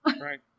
right